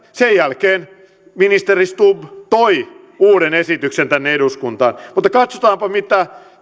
sen jälkeen ministeri stubb toi uuden esityksen tänne eduskuntaan mutta katsotaan mitä